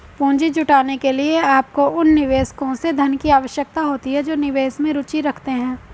पूंजी जुटाने के लिए, आपको उन निवेशकों से धन की आवश्यकता होती है जो निवेश में रुचि रखते हैं